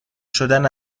شدن